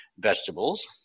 vegetables